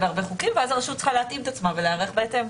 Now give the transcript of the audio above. חוקים ואז הרשות צריכה להתאים את עצמה ולהיערך בהתאם.